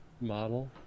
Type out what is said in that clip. Model